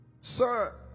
sir